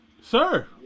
Sir